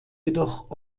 jedoch